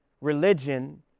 religion